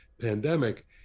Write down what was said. pandemic